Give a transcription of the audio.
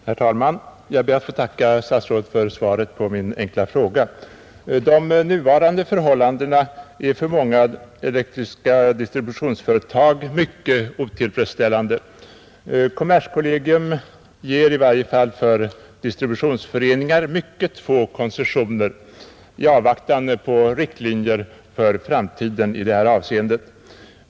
Herr talman! Jag ber att få tacka statsrådet för svaret på min enkla fråga. De nuvarande förhållandena är för många eldistributionsföretag mycket otillfredsställande. Kommerskollegium ger i varje fall för distributionsföreningar mycket få koncessioner i avvaktan på riktlinjer för framtiden i detta avseende.